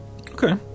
okay